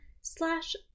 slash